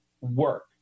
work